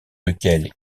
lequel